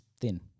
thin